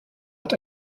hat